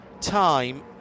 time